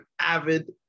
avid